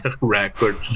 record